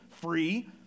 free